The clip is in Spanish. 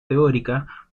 teórica